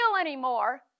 anymore